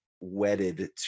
wedded